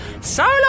Solo